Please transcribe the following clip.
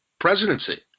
Presidency